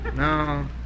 No